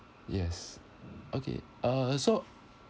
yes okay uh so